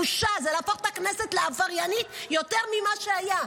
בושה, זה להפוך את הכנסת לעבריינית יותר ממה שהיה.